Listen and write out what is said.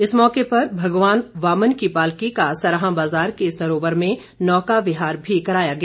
इस मौके पर भगवान वामन की पालकी का सराहां बाजार के सरोवर में नौका विहार भी कराया गया